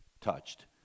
touched